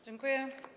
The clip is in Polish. Dziękuję.